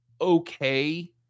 okay